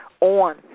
on